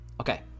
okay